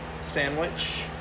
sandwich